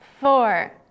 Four